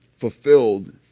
Fulfilled